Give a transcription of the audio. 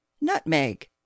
nutmeg